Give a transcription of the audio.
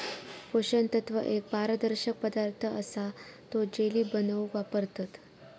पोषण तत्व एक पारदर्शक पदार्थ असा तो जेली बनवूक वापरतत